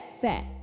fat